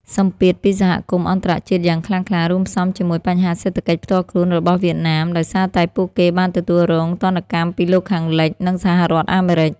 សម្ពាធពីសហគមន៍អន្តរជាតិយ៉ាងខ្លាំងក្លា រួមផ្សំជាមួយបញ្ហាសេដ្ឋកិច្ចផ្ទាល់ខ្លួនរបស់វៀតណាម ដោយសារតែពួកគេបានទទួលរងទណ្ឌកម្មពីលោកខាងលិច និងសហរដ្ឋអាមេរិក។